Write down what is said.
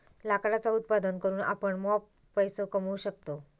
लाकडाचा उत्पादन करून आपण मॉप पैसो कमावू शकतव